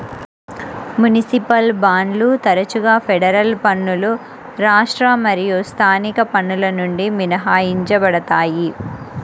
municipal బాండ్లు తరచుగా federal పన్నులు రాష్ట్ర మరియు స్థానిక పన్నుల నుండి మినహాయించబడతాయి